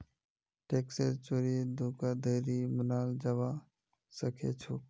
टैक्सेर चोरी धोखाधड़ी मनाल जाबा सखेछोक